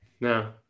No